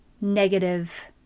negative